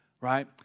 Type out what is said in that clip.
right